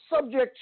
Subject